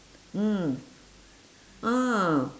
mm ah